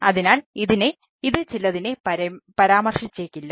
അതിനാൽ ഇത് ചിലതിനെ പരാമർശിച്ചേക്കില്ല